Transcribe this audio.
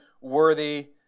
worthy